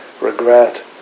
regret